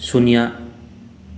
ꯁꯨꯟꯅ꯭ꯌꯥ